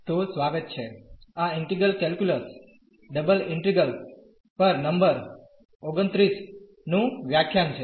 તો સ્વાગત છે આ ઇન્ટિગ્રલ કેલ્ક્યુલસ ડબલ ઇન્ટિગ્રેલ્સ પર નંબર 29 નું વ્યાખ્યાન છે